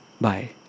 Bye